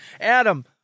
Adam